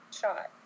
shot